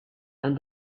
and